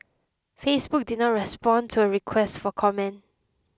Facebook did not respond to a request for comment